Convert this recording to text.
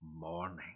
morning